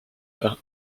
par